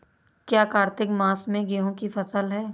क्या कार्तिक मास में गेहु की फ़सल है?